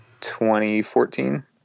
2014